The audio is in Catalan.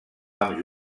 amb